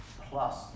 Plus